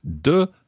de